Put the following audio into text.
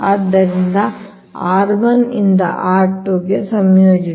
ಆದ್ದರಿಂದ r 1 ರಿಂದ r 2 ಗೆ ಸಂಯೋಜಿಸಿ